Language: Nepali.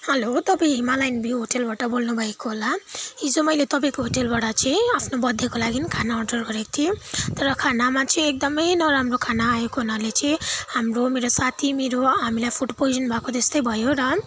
हेलो तपाईँ हिमालयन भ्यु होटलबाट बोल्नु भएको होला हिजो मैले तपाईँको होटेलबाट चाहिँ आफ्नो बर्थडेको लागि खाना अर्डर गरेको थिएँ तर खानामा चाहिँ एकदमै नराम्रो खाना आएको हुनाले चाहिँ हाम्रो मेरो साथी मेरो हामीलाई फुड पोइजन भएको जस्तै भयो र